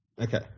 Okay